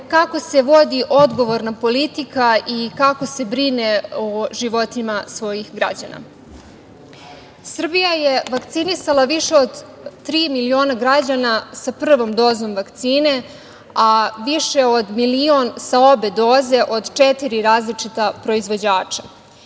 kako se vodi odgovorna politika i kako se brine o životima svojih građana. Srbija je vakcinisala više od tri miliona građana sa prvom dozom vakcine, a više od milion sa obe doze, od četiri različita proizvođača. Paralelno